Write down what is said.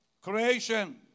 creation